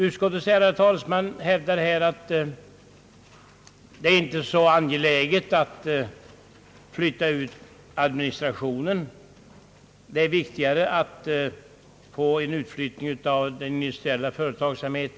Utskottets ärade talesman hävdade här att det inte är så angeläget att flytta ut administrationen; det vore, ansåg han, viktigare att få till stånd en utflyttning av industriell företagsamhet.